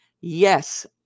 Yes